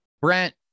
Brent